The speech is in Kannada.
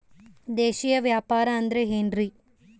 ದೇಶೇಯ ವ್ಯಾಪಾರ ಅಂದ್ರೆ ಏನ್ರಿ?